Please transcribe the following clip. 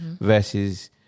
Versus